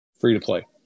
Free-to-play